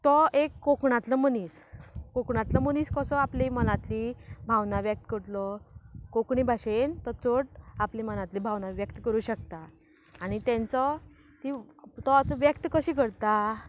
तो एक कोंकणांतलो मनीस कोंकणांतलो मनीस कसो आपली मनांतली भावना व्यक्त करतलो कोंकणी भाशेन तो चड आपली मनांतली भावना व्यक्त करूं शकता आनी तांचो ती तो आतां व्यक्त कशी करता